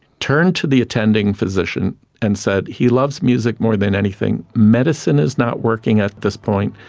turned to the attending physician and said, he loves music more than anything. medicine is not working at this point,